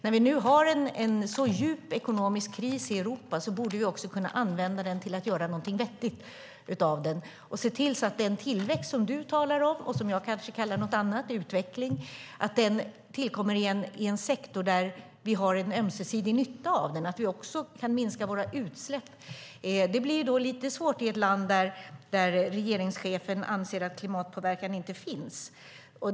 När vi nu har en så djup ekonomisk kris i Europa borde vi kunna använda den till att göra någonting vettigt och se till att den tillväxt som du talar om och som jag kanske kallar något annat, till exempel utveckling, tillkommer i en sektor där vi har en ömsesidig nytta av den, så att vi också kan minska våra utsläpp. Det blir lite svårt i ett land där regeringschefen anser att klimatpåverkan inte finns.